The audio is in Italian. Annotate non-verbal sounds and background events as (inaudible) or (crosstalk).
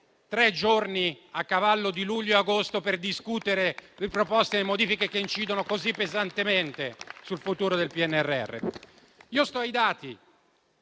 tre giorni a cavallo di luglio e agosto per discutere delle proposte e delle modifiche che incidono così pesantemente sul futuro del PNRR? (applause)